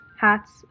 hats